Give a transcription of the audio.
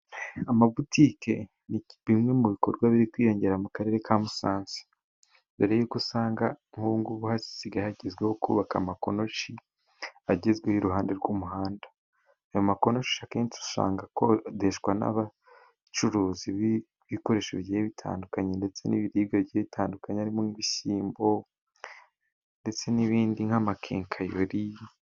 Amabutike ni bimwe mu bikorwa biri kwiyongera mu karere ka Musanze ,dore yuko usanga nk'ubu ngubu hasigaye hagezweho kubaka amakonoshi agezweho, iruhande rw'umuhanda ayo makonoshi akenshi usanga akodeshwa n'abacuruzi b'ibikoresho bigiye bitandukanye, ndetse n'ibiribwa bitandukanye harimo nk'ibishyimbo ndetse n'ibindi nk'amakenkayori.